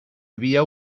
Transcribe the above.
havia